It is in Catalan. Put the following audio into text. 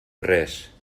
res